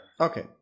Okay